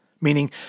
Meaning